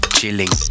Chilling